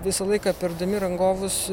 visą laiką pirkdami rangovus